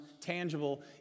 tangible